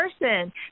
person